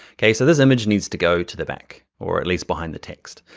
okay, so this image needs to go to the back or at least behind the text.